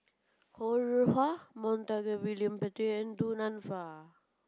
Ho Rih Hwa Montague William Pett and Du Nanfa